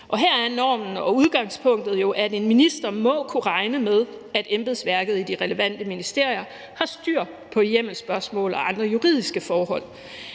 Her er normen og udgangspunktet jo, at en minister må kunne regne med, at embedsværket i de relevante ministerier har styr på hjemmelsspørgsmål og andre juridiske forhold.